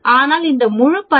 ஆனால் இந்த முழுபரப்பளவு 0